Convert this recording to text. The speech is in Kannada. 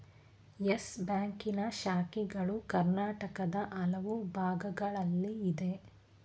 ಯಸ್ ಬ್ಯಾಂಕಿನ ಶಾಖೆಗಳು ಕರ್ನಾಟಕದ ಹಲವು ಭಾಗಗಳಲ್ಲಿ ಇದೆ